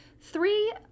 three